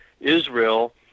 Israel